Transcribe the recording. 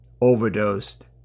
overdosed